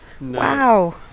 Wow